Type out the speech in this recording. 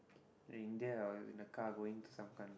in India I was in the car going to some coun~